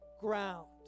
ground